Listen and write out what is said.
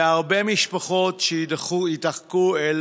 והרבה משפחות יידחקו אל